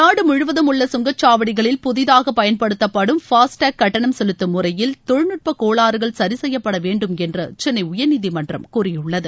நாடு முழுவதும் உள்ள சுங்கச்சாவடிகளில் புதிதாக பயன்படுத்தப்படும் ஃபாஸ்டாக் கட்டணம் செலுத்தும் முறையில் தொழில்நுட்பக் கோளாறுகள் சரி செய்யப்பட வேண்டுமென்று சென்னை உயர்நீதிமன்றம் கூறியுள்ளது